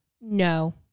No